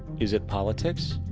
is it politics?